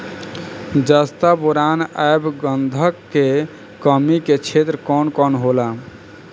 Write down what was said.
जस्ता बोरान ऐब गंधक के कमी के क्षेत्र कौन कौनहोला?